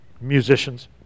Musicians